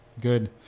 good